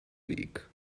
weak